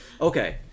Okay